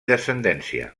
descendència